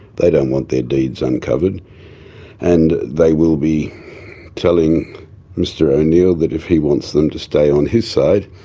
they don't want their deeds uncovered and they will be telling mr o'neill that if he wants them to stay on his side,